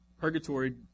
purgatory